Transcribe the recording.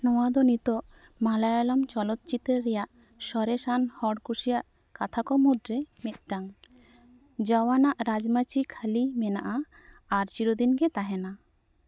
ᱱᱚᱣᱟᱫᱚ ᱱᱤᱛᱚᱜ ᱢᱟᱞᱟᱭᱟᱞᱚᱢ ᱪᱚᱞᱚᱛ ᱪᱤᱛᱟᱹᱨ ᱨᱮᱭᱟᱜ ᱥᱚᱨᱮᱥᱟᱱ ᱦᱚᱲ ᱠᱩᱥᱤᱭᱟᱜ ᱠᱟᱛᱷᱟᱠᱚ ᱢᱩᱫᱽᱨᱮ ᱢᱤᱫᱴᱟᱝ ᱡᱚᱣᱟᱱᱟᱜ ᱨᱟᱡᱽᱢᱟᱹᱪᱤ ᱠᱷᱟᱹᱞᱤ ᱢᱮᱱᱟᱜᱼᱟ ᱟᱨ ᱪᱤᱨᱚᱫᱤᱱᱜᱮ ᱛᱟᱦᱮᱱᱟ